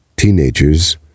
teenagers